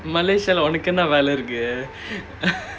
malaysia உனக்கு என்ன வேலை இருக்கு:unakku enna velai irukku